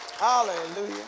Hallelujah